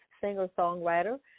singer-songwriter